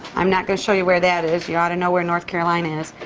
i'm not gonna show you where that is you ought to know where north carolina is.